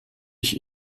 ich